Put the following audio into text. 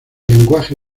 lenguaje